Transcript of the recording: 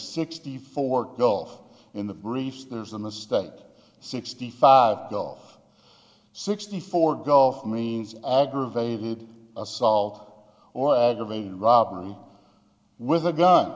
sixty four gulf in the briefs there's in the state sixty five gulf sixty four gulf means aggravated assault or aggravated robbery with a gun